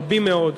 רבים מאוד.